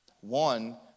one